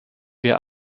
wir